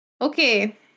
Okay